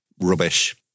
rubbish